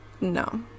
No